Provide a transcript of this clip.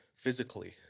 Physically